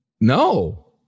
No